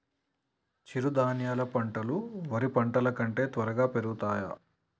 చిరుధాన్యాలు పంటలు వరి పంటలు కంటే త్వరగా పెరుగుతయా?